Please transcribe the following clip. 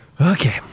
Okay